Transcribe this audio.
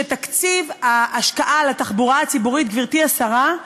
תקציב ההשקעה בתחבורה הציבורית, גברתי השרה,